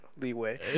leeway